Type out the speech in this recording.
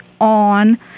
on